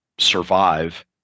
survive